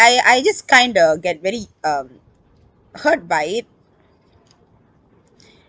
I just kind of get very um hurt by it